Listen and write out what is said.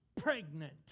pregnant